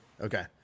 okay